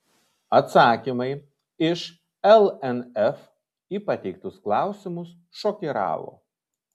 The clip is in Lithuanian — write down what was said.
atsakymai iš lnf į pateiktus klausimus šokiravo